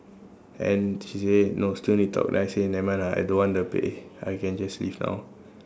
and she say no still need talk then I say nevermind lah I don't want the pay I can just leave now